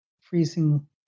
freezing